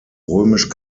römisch